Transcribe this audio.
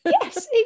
Yes